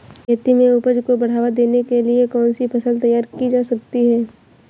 खेती में उपज को बढ़ावा देने के लिए कौन सी फसल तैयार की जा सकती है?